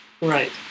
Right